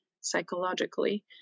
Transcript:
psychologically